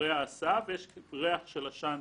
אחרי ההסעה ויש ריח של עשן